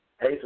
Hey